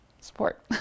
support